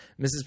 Mrs